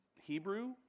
Hebrew